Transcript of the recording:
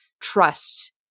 trust